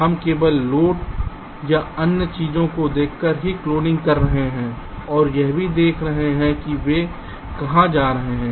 हम केवल लोड या अन्य चीजों को देखकर ही क्लोनिंग कर रहे हैं और यह भी देख रहे हैं कि वे कहां जा रहे हैं